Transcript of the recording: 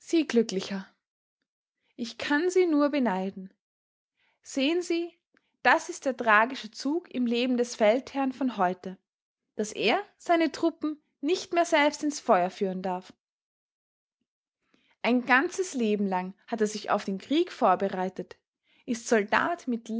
glücklicher ich kann sie nur beneiden sehen sie das ist der tragische zug im leben des feldherrn von heute daß er seine truppen nicht mehr selbst in's feuer führen darf ein ganzes leben lang hat er sich auf den krieg vorbereitet ist soldat mit